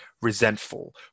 resentful